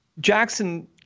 Jackson